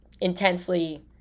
intensely